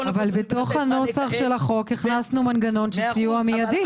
אבל בתוך הנוסח של החוק הכנסנו מנגנון של סיוע מיידי.